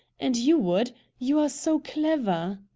and you would. you are so clever.